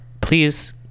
please